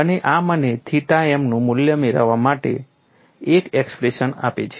અને આ મને થીટા m નું મૂલ્ય મેળવવા માટે એક એક્સપ્રેશન આપે છે